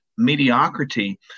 mediocrity